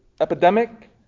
epidemic